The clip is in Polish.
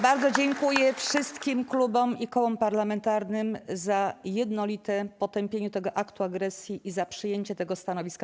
Bardzo dziękuję wszystkim klubom i kołom parlamentarnym za jednolite potępienie tego aktu agresji i za przyjęcie tego stanowiska.